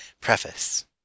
Preface